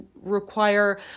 require